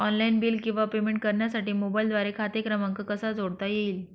Online bill किंवा payment करण्यासाठी मोबाईलद्वारे खाते क्रमांक कसा जोडता येईल?